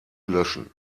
löschen